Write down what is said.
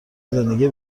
زندگی